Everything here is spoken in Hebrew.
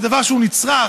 זה דבר שהוא נצרך,